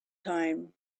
time